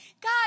God